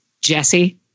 Jesse